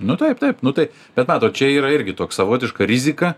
nu taip taip nu tai bet matot čia yra irgi toks savotiška rizika